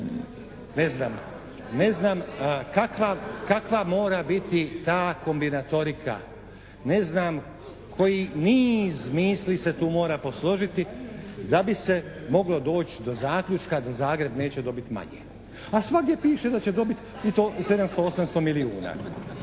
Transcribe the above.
ne znam kakva mora biti ta kombinatorika. Ne znam koji niz misli se tu mora posložiti da bi se moglo doći do zaključka da Zagreb neće dobiti manje. A svagdje piše da će dobiti eto 700, 800 milijuna.